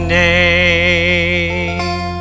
name